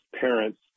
parents